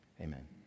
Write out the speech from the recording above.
amen